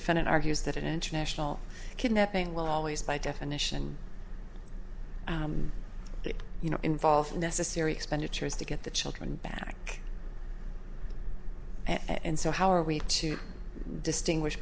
defendant argues that international kidnapping will always by definition you know involve necessary expenditures to get the children back and so how are we to distinguish